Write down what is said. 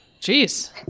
jeez